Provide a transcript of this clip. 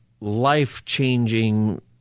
life-changing